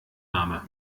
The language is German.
arme